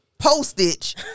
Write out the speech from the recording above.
Postage